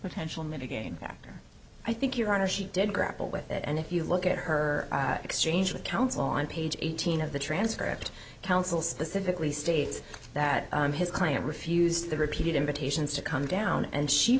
potential mitigating factor i think your honor she did grapple with it and if you look at her exchange with counsel on page eighteen of the transcript counsel specifically states that his client refused the repeated invitations to come down and she